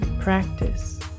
practice